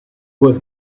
was